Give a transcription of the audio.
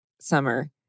Summer